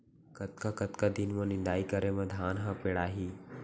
कतका कतका दिन म निदाई करे म धान ह पेड़ाही?